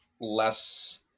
Less